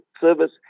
service